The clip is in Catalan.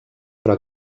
però